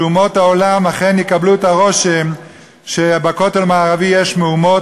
שאומות העולם אכן יקבלו את הרושם שבכותל המערבי יש מהומות,